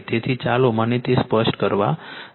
તેથી ચાલો મને તે સ્પષ્ટ કરવા દો